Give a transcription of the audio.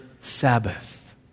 Sabbath